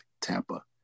Tampa